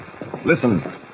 Listen